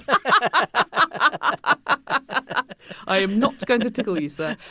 i ah i am not going to tickle you, so